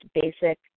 basic